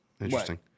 Interesting